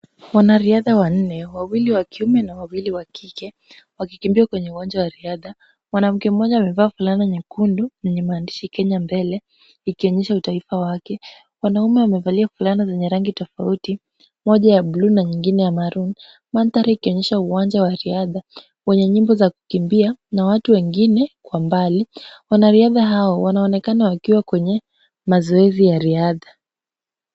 Wanariadha wanne wawili wa kiume na wawili wa kike, wakikimbia kwenye uwanja wa riadha, mwanamke mmoja amevaa fulana nyekundu, yenye maandishi Kenya mbele ikionyesha utaifa wake. Wanaume wamevalia fulana zenye rangi tofauti, moja ya buluu na nyingine ya maroon . Mandhari ikionyesha uwanja wa riadha wenye nyimbo za kukimbia na watu wengine kwa mbali. Wanariadha hao wanaonekana wakiwa kwenye mazoezi ya riadha.